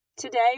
Today